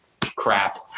Crap